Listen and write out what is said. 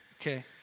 Okay